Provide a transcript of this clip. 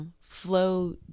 Flow